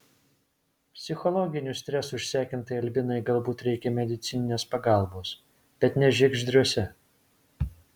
psichologinių stresų išsekintai albinai galbūt reikia medicininės pagalbos bet ne žiegždriuose